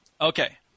Okay